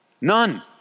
None